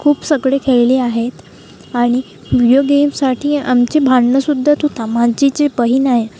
खूप सगळे खेळली आहेत आणि व्हिडिओ गेमसाठी आमचे भांडणं सुद्धा तू ता माझी जी बहीण आहे